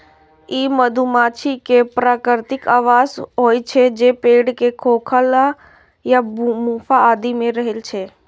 ई मधुमाछी के प्राकृतिक आवास होइ छै, जे पेड़ के खोखल या गुफा आदि मे रहै छै